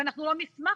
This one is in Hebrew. ואנחנו לא מסמך.